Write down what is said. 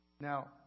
Now